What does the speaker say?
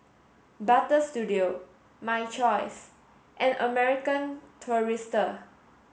Butter Studio My Choice and American Tourister